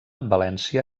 valència